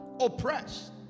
oppressed